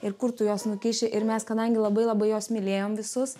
ir kur tu juos nukišti ir mes kadangi labai labai juos mylėjom visus